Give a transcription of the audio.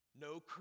no